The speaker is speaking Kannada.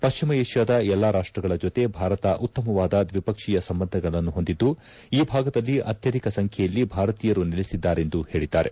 ಪಶ್ಚಿಮ ಏಷ್ಯಾದ ಎಲ್ಲಾ ರಾಷ್ಟಗಳ ಜೊತೆ ಭಾರತ ಉತ್ತಮವಾದ ದ್ವಿಪಕ್ಷೀಯ ಸಂಬಂಧಗಳನ್ನು ಹೊಂದಿದ್ದು ಈ ಭಾಗದಲ್ಲಿ ಅತ್ಯಧಿಕ ಸಂಖ್ಯೆಯಲ್ಲಿ ಭಾರತೀಯರು ನೆಲೆಸಿದ್ದಾರೆಂದು ಹೇಳಿದ್ದಾರೆ